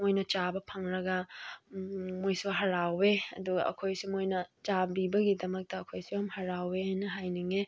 ꯃꯣꯏꯅ ꯆꯥꯕ ꯐꯪꯂꯒ ꯃꯣꯏꯁꯨ ꯍꯔꯥꯎꯋꯦ ꯑꯗꯨꯒ ꯑꯩꯈꯣꯏꯁꯨ ꯃꯣꯏꯅ ꯆꯥꯕꯤꯕꯒꯤꯗꯃꯛꯇ ꯑꯩꯈꯣꯏꯁꯨ ꯌꯥꯝ ꯍꯔꯥꯎꯋꯦ ꯑꯅ ꯍꯥꯏꯅꯤꯡꯉꯦ